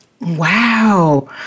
Wow